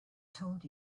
told